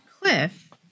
Cliff